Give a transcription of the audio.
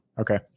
Okay